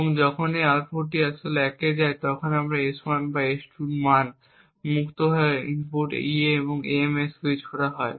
এবং যখন এই আউটপুটটি আসলে 1 এ যায় তখন S1 এবং S2 এর মান থেকে মুক্ত হয়ে ইনপুট E M এ সুইচ হয়ে যায়